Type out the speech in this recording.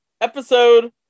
Episode